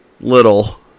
little